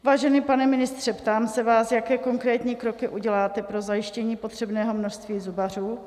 Vážený pane ministře, ptám se vás, jaké konkrétní kroky uděláte pro zajištění potřebného množství zubařů.